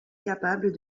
capable